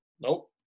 Nope